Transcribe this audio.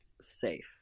safe